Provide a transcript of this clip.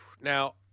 Now